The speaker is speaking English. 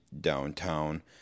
downtown